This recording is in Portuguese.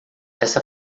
esta